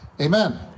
Amen